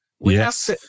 Yes